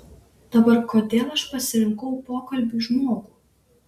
dabar kodėl aš pasirinkau pokalbiui žmogų